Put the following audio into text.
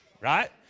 Right